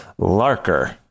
Larker